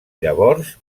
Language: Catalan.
llavors